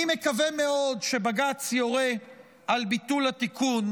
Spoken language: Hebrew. אני מקווה מאוד שבג"ץ יורה על ביטול התיקון,